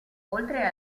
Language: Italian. oltre